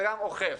וגם אוכף.